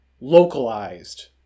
localized